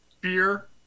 beer